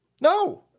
No